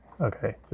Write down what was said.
Okay